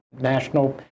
national